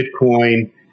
Bitcoin